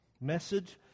message